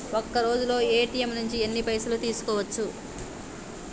ఒక్కరోజులో ఏ.టి.ఎమ్ నుంచి ఎన్ని పైసలు తీసుకోవచ్చు?